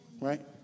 right